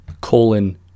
Colon